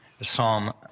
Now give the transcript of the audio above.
Psalm